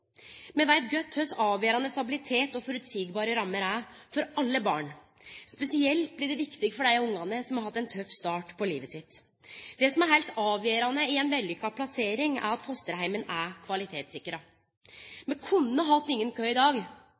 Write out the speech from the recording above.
Me veit godt kor avgjerande stabilitet og føreseielege rammer er for alle barn. Spesielt blir det viktig for dei ungane som har hatt ein tøff start på livet sitt. Det som er heilt avgjerande i ei vellykka plassering, er at fosterheimen er kvalitetssikra. Me kunne hatt ingen kø i dag,